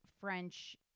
French